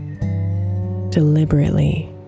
deliberately